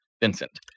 Vincent